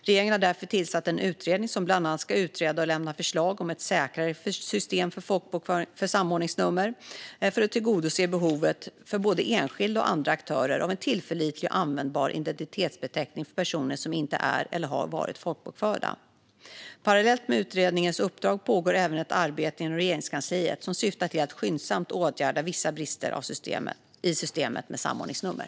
Regeringen har därför tillsatt en utredning som bland annat ska utreda och lämna förslag om ett säkrare system för samordningsnummer för att tillgodose behovet för både enskilda och andra aktörer av en tillförlitlig och användbar identitetsbeteckning för personer som inte är eller har varit folkbokförda. Parallellt med utredningens uppdrag pågår även ett arbete inom Regeringskansliet som syftar till att skyndsamt åtgärda vissa brister i systemet med samordningsnummer.